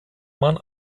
man